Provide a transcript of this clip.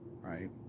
right